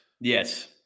Yes